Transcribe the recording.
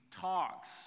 talks